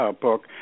book